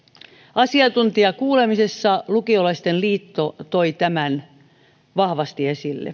asiantuntijakuulemisessa lukiolaisten liitto toi tämän vahvasti esille